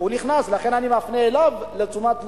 הוא נכנס, לכן אני מפנה אליו, לתשומת לבו.